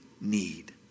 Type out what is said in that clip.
need